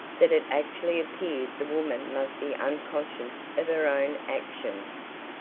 that it actually appeared the woman must be unconscious of her own actions.